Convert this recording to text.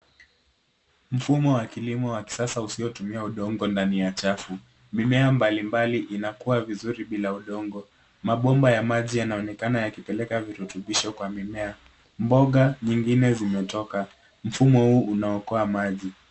Mfumo wa kilimo wa kisasa usiotumia udongo ndani ya chafu. Mimea mbalimbali inakua vizuri bila udongo. Mabomba ya maji yanaonekana yakipeleka virutubisho kwa mimea. Mboga nyingine zimetoka. Mfumo huu unaokoa maji.